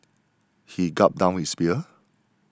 he gulped down his beers